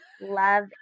Love